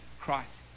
christ